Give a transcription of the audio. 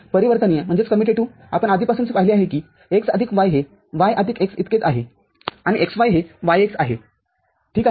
परिवर्तनीय आपण आधीपासूनच पाहिले आहे की x आदिक y हे y आदिक x इतकेच आहे आणि xy हे yx आहे ठीक आहे